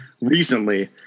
recently